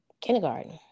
kindergarten